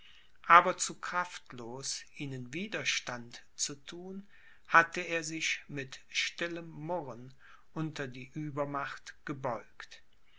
aber zu kraftlos ihnen widerstand zu thun hatte er sich mit stillem murren unter die uebermacht gebeugt